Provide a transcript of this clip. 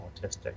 autistic